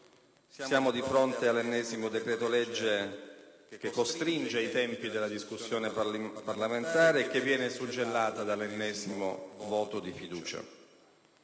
Siamo di fronte all'ennesimo decreto-legge che costringe i tempi della discussione parlamentare che viene suggellata dall'ennesimo voto di fiducia.